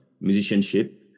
musicianship